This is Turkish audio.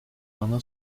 ana